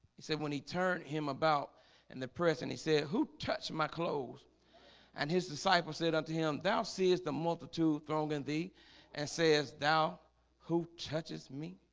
he said when he turned him about and the press and he said who touched my clothes and his disciples said unto him thou seest the multitude thronging thee and says thou who touches me